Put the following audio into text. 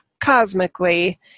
cosmically